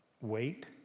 wait